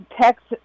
text